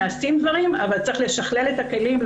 אבל צריך לשכלל את הכלים,